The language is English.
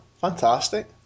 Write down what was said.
Fantastic